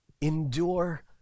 endure